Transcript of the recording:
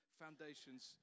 foundations